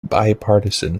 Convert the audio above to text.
bipartisan